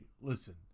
listen